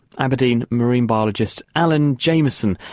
aberdeen marine biologist alan jamieson,